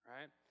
Right